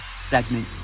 segment